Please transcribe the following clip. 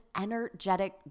energetic